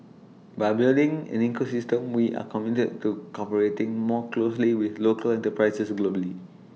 by building an ecosystem we are committed to cooperating more closely with local enterprises globally